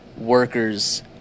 Workers